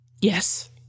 Yes